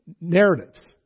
narratives